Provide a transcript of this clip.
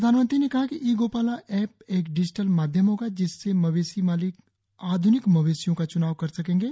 प्रधानमंत्री ने कहा कि ई गोपाल ऐप एक डिजिटल माध्यम होगा जिससे मवेशी मालिक आध्रनिक मवेशियों का चुनाव कर सकेंगे